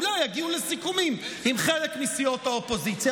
אולי יגיעו לסיכומים עם חלק מסיעות האופוזיציה,